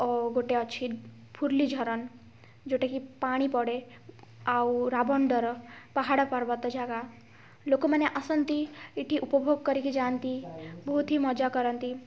ଗୋଟେ ଅଛି ଫୁଲି ଝରନ୍ ଯଉଟା କି ପାଣି ପଡ଼େ ଆଉ ରାବଣ୍ଡର ପାହାଡ଼ ପର୍ବତ ଜାଗା ଲୋକମାନେ ଆସନ୍ତି ଏଠି ଉପଭୋଗ କରିକି ଯାଆନ୍ତି ବହୁତ ହି ମଜା କରନ୍ତି